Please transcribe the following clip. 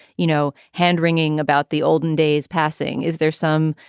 you know, hand-wringing about the olden days passing? is there some,